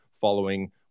following